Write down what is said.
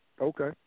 Okay